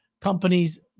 companies